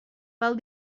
pel